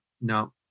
No